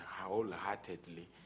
wholeheartedly